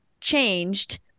changed